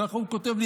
כך הוא כותב לי,